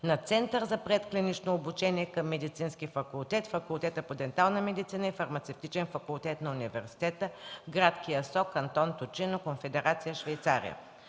на Център за предклинично обучение към Медицинския факултет, Факулета по дентална медицина, Фармацевтичния факултет на университета – гр. Киасо, кантон Тичино, Конфедерация Швейцария.